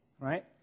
right